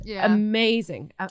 amazing